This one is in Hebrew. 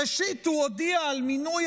ראשית הוא הודיע על מינוי